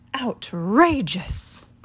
Outrageous